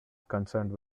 concerned